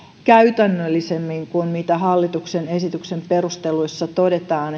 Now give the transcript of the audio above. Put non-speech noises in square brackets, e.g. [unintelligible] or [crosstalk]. käytännöllisemmin kuin mitä hallituksen esityksen perusteluissa todetaan [unintelligible]